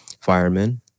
firemen